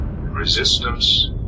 Resistance